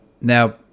now